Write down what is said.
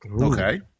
Okay